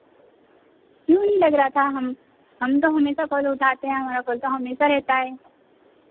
क्यों नहीं लग रहा था हम हम तो हमेशा कॉल उठाते हैं हमारा कॉल तो हमेशा रहता है